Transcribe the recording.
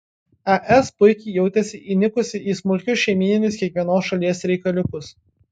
es puikiai jautėsi įnikusi į smulkius šeimyninius kiekvienos šalies reikaliukus